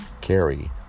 carry